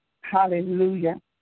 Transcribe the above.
Hallelujah